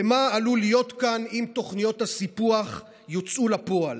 למה שעלול להיות כאן אם תוכניות הסיפוח יוצאו לפועל: